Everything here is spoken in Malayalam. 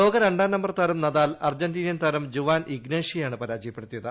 ലോക രണ്ടാം നമ്പർ താരം നദാൽ അർജന്റീനിയൻ ത്ത്രാര്ം ജുവാൻ ഇഗ്നാഷിയെയാണ് പരാജയപ്പെടുത്തിയത്